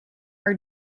are